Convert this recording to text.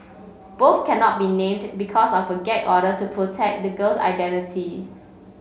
both cannot be named because of gag order to protect the girl's identity